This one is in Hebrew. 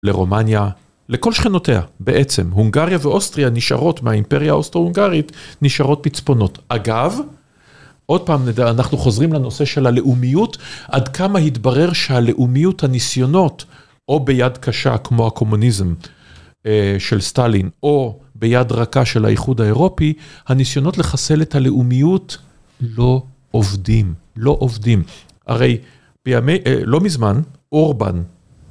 לרומניה, לכל שכנותיה בעצם. הונגריה ואוסטריה נשארות מהאימפריה האוסטרו-הונגרית נשארות פצפונות. אגב, עוד פעם אנחנו חוזרים לנושא של הלאומיות, עד כמה התברר שהלאומיות, הניסיונות, או ביד קשה כמו הקומוניזם של סטלין, או ביד רכה של האיחוד האירופי, הניסיונות לחסל את הלאומיות לא עובדים, לא עובדים. הרי לא מזמן, אורבן.